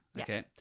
okay